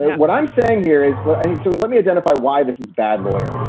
what i'm saying here is what? so let me identify why this is bad lawyering.